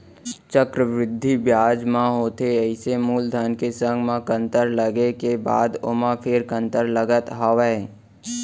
चक्रबृद्धि बियाज म होथे अइसे मूलधन के संग म कंतर लगे के बाद ओमा फेर कंतर लगत हावय